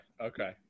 okay